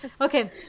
Okay